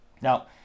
Now